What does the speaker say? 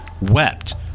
wept